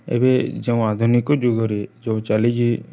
ଏବେ ଯେଉଁ ଆଧୁନିକ ଯୁଗରେ ଯେଉଁ ଚାଲିଛି